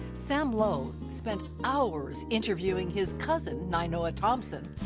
sam low spent hours interviewing his cousin, nainoa thompson,